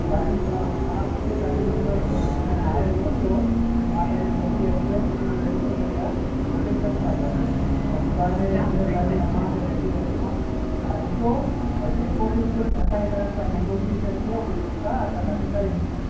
बाक़ी मां तव्हां मूंखे तव्हांजा नम्बर हाए मोकिलो मां तव्हांखे सॼी एड्र्स उनमें ॾई थो छॾियां लोकेशन सां गॾु त सुभाणे भले तव्हांजी अम्मा खे वठी अचो तव्हां ॾिसो त जेको बि कुझु असांजे तरफ़ खां नेगोसीएसन थियो सां बिलिडर खां असां तव्हांखे करे ॾींदासीं